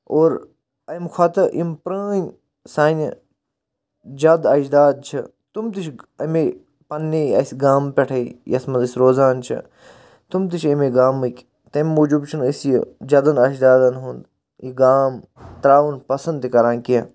اور اَمہِ کھۄتہٕ یِم پرٲنۍ سانہِ جَد اَجداد چھِ تِم تہِ چھِ اَمیے پَننیے اسہِ گامہٕ پٮ۪ٹھٕے یَتھ منٛز أسۍ روزان چھِ تِم تہِ چھِ ییٚمیے گامٕکۍ تَمہِ موٗجوٗب چھُنہٕ اسہِ یہٕ جدَن اَجدادَن ہِیُنٛد یہٕ گام ترٛاوُن پَسنٛد تہِ کران کینٛہہ